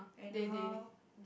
they they